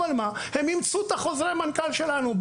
אבל הם אימצו את חוזרי המנכ"ל שלנו.